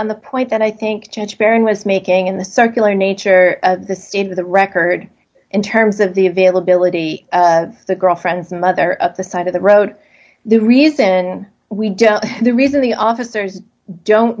on the point that i think judge karen was making in the circular nature of the state of the record in terms of the availability of the girlfriend's mother at the side of the road the reason we don't know the reason the officers don't